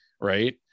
right